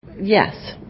Yes